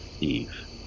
Eve